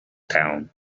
town